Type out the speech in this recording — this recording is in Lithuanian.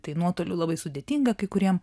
tai nuotoliu labai sudėtinga kai kuriem